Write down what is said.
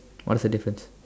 what's the difference